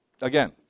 Again